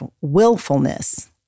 willfulness